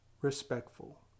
respectful